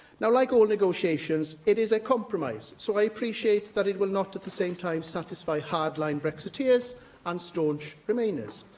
now, like all negotiations, it is a compromise, so i appreciate that it will not at the same time satisfy hard-line brexiteers and staunch remainers.